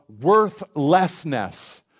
worthlessness